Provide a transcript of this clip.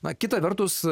na kita vertus